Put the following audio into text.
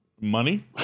money